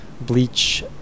bleach